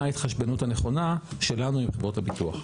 ההתחשבנות הנכונה שלנו עם חברות הביטוח.